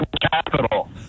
Capital